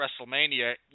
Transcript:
WrestleMania